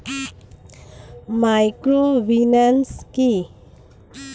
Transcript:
Microfinance কি?